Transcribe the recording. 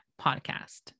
podcast